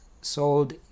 sold